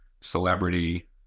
celebrity